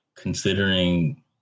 considering